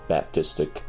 Baptistic